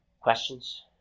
questions